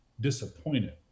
disappointed